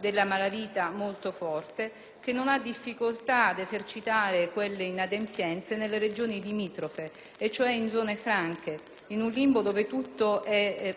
della malavita molto forte che non ha difficoltà ad esercitare quelle inadempienze nelle Regioni limitrofe e cioè in zone franche, in un limbo dove tutto è